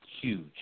huge